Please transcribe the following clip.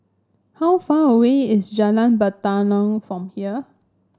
how far away is Jalan Batalong from here